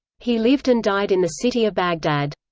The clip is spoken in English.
he lived and died in the city of baghdad.